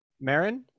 Marin